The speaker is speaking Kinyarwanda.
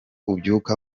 ubyuka